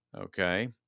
Okay